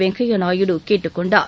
வெங்கைய நாயுடு கேட்டுக் கொண்டார்